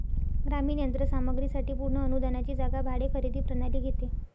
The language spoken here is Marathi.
ग्रामीण यंत्र सामग्री साठी पूर्ण अनुदानाची जागा भाडे खरेदी प्रणाली घेते